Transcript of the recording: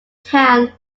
town